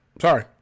Sorry